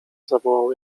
zawołał